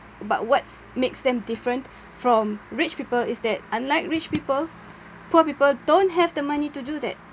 but what's makes them different from rich people is that unlike rich people poor people don't have the money to do that